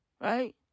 Right